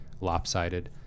lopsided